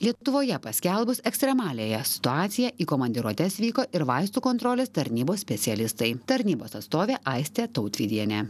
lietuvoje paskelbus ekstremaliąją situaciją į komandiruotes vyko ir vaistų kontrolės tarnybos specialistai tarnybos atstovė aistė tautvydienė